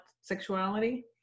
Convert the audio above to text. sexuality